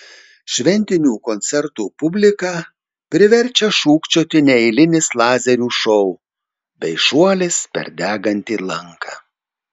šventinių koncertų publiką priverčia šūkčioti neeilinis lazerių šou bei šuolis per degantį lanką